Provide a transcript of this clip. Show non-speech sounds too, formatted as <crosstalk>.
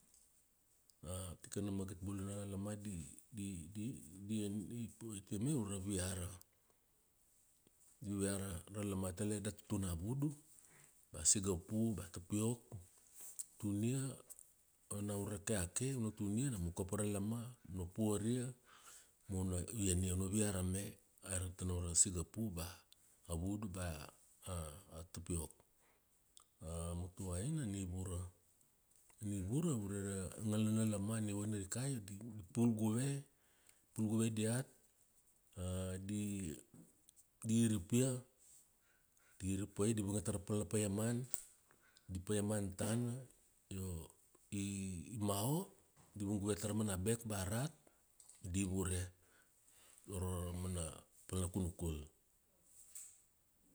Tikana magit bula a lama di, di, di, di an di paitia me ure ra viara. Di viara ra lama. Tele da tutun na vudu ba sugapu ba tapiok. Tunia, ona ure ra kiake una tunia nam u kapa ra alama una puaria ma una ienia, una viara me aira tano sigapu ba vudu ba a tapiok. A mutuaina nivura. A nivura ure ra ngalana lama ni vanarikai di pul guve, pul guve diat, <hesitation> di, di iripia, di iripa ia di vungia tara pal na paiaman, di paiamania tana, io i mau di vunguve tara mana bek ba rat di ivure uro ra mana pal na kunukul.